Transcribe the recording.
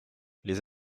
les